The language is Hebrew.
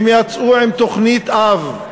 הם יצאו עם תוכנית-אב,